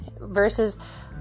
versus